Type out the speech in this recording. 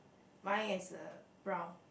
mine is uh brown